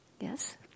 Yes